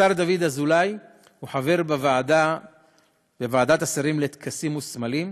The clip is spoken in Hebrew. השר דוד אזולאי הוא חבר בוועדת השרים לטקסים וסמלים,